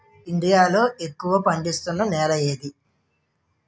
India లో ఎక్కువ పండిస్తున్నా నేల ఏది?